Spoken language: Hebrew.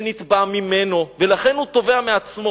שנתבע ממנו, ולכן הוא תובע מעצמו.